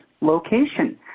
location